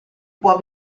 può